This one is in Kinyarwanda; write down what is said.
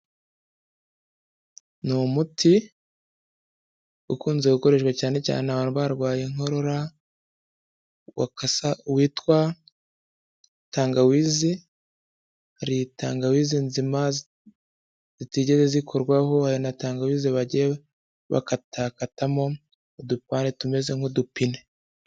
Ni umuti ukunze gukoreshwa cyane cyane abarwaye inkorora, witwa tangawizi. Hari tangawizi nzima zitigeze zikorwaho, hari na tangawise bagiye bagakatamo udupande tumeze nk'udupine.